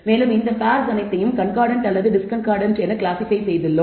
மேலும் இந்த பேர்ஸ் அனைத்தையும் கண்கார்டன்ட் அல்லது டிஸ்கார்டன்ட் என கிளாஸிபை செய்துள்ளோம்